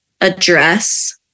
address